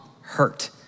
hurt